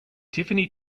tiffany